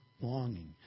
longing